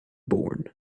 born